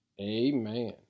Amen